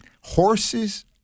horses